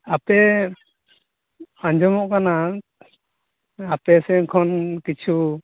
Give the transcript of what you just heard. ᱟᱯᱮ ᱟᱸᱡᱚᱢᱚᱜ ᱠᱟᱱᱟ ᱟᱯᱮ ᱥᱮᱱ ᱠᱷᱚᱱ ᱠᱤᱪᱷᱩ